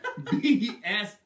BS